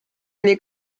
oli